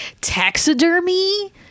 taxidermy